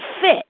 fit